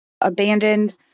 abandoned